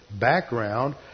background